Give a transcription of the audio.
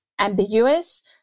ambiguous